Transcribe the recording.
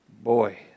boy